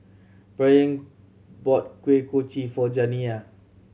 Bryon bought Kuih Kochi for Janiya